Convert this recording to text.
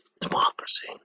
Democracy